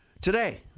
Today